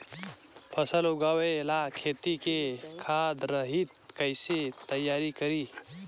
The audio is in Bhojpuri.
फसल उगवे ला खेत के खाद रहित कैसे तैयार करी?